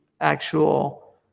actual